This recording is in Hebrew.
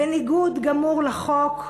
בניגוד גמור לחוק,